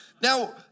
Now